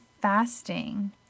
fasting